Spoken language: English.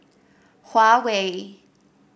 Huawei